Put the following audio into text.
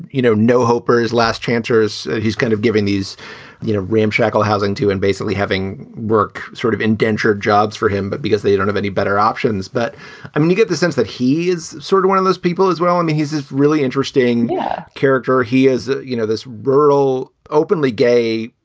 you know, no hopers, last chanters. he's kind of giving these you know ramshackle housing to and basically having work sort of indentured jobs for him, but because they don't have any better options. but i mean, you get the sense that he is sort of one of those people as well. i mean, he's this really interesting yeah character he is, ah you know, this rural, openly gay,